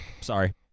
Sorry